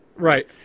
Right